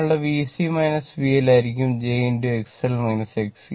നിങ്ങളുടെ VC VL ആയിരിക്കും j I